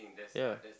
ya